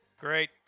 Great